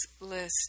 list